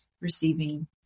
receiving